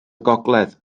gogledd